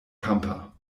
pampa